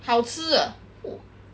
好吃 ah !wow!